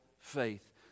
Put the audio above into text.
Faith